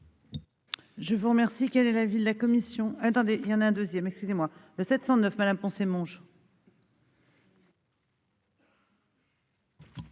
je vous remercie